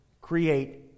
create